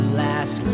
last